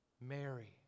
Mary